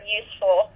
useful